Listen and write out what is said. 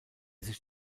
sich